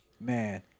Man